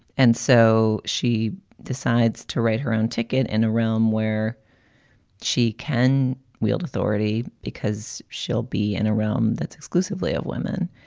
and so she decides to write her own ticket in a realm where she can wield authority because she'll be in a room that's exclusively of women.